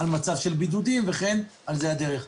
על מצב של בידודים וכן על זה הדרך.